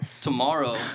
tomorrow